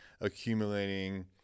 accumulating